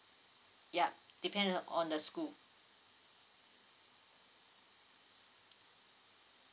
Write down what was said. yup depend on the school